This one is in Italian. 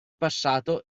passato